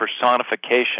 personification